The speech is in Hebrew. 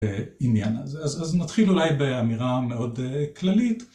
בעניין הזה. אז נתחיל אולי באמירה מאוד כללית